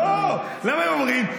מה הם אומרים?